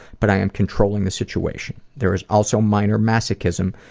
but i am controlling the situation. there is also minor masochism,